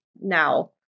now